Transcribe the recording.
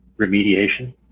remediation